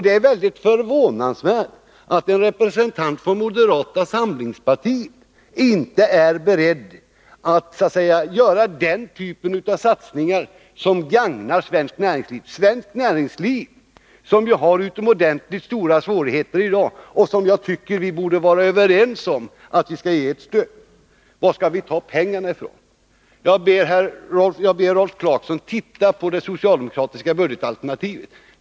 Det är förvånande att en representant för moderata samlingspartiet inte är beredd till den typ av satsning som vi förespråkar. Den skulle ju gagna svenskt näringsliv, som ju har utomordentligt stora svårigheter i dag och som jag tycker att vi borde vara överens om att ge ett stöd. Varifrån skall vi ta pengarna? Jag ber Rolf Clarkson att studera det socialdemokratiska budgetalternativet.